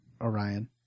Orion